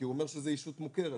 כי הוא אומר שזאת ישות מוכרת,